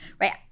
right